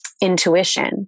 intuition